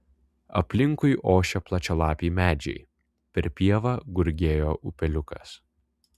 aplinkui ošė plačialapiai medžiai per pievą gurgėjo upeliukas